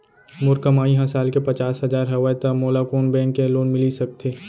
मोर कमाई ह साल के पचास हजार हवय त मोला कोन बैंक के लोन मिलिस सकथे?